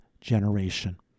generation